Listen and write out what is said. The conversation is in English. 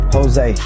Jose